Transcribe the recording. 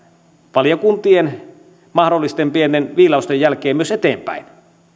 valiokuntien mahdollisten pienten viilausten jälkeen myös eteenpäin